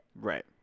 Right